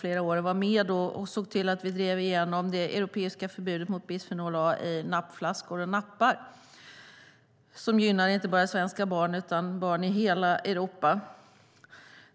Jag var med och såg till att vi drev igenom det europeiska förbudet mot bisfenol A i nappflaskor och nappar. Det gynnar inte bara svenska barn, utan barn i hela Europa.